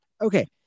okay